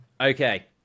Okay